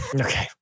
Okay